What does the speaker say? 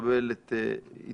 לקבל את התייחסותך.